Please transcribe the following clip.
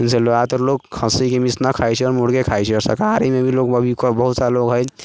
जाहिसँ जादातर लोग खस्सीके मीट नहि खाइ छै मुर्गे खाइ छै शाकाहारीमे भी लोग अभी बहुत सा लोग हय